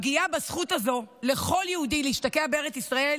הפגיעה בזכות הזו של כל יהודי להשתקע בארץ ישראל